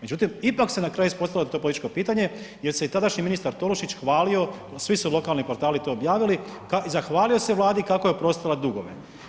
Međutim, ipak se na kraju ispostavilo da je to političko pitanje jer se i tadašnji ministar Tolušić hvalio, svi su lokalni portali to objavili i zahvalio se Vladi kako je oprostila dugove.